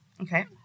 Okay